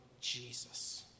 Jesus